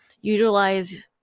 utilize